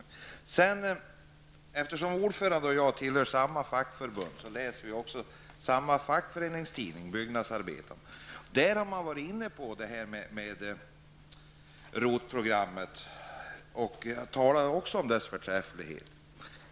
Eftersom utskottets ordförande och jag tillhör samma fackförbund läser vi också samma fackföreningstidning, nämligen Byggnadsarbetaren. I den har det talats om ROT programmet och dess förträfflighet.